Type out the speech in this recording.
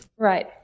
Right